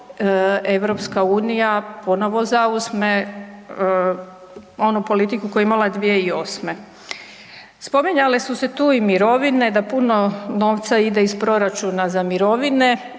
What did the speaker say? što ako EU ponovo zauzme onu politiku koju je imala 2008. Spominjale su se tu i mirovine, da puno novca ide iz proračuna za mirovine